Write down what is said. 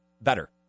better